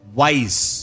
wise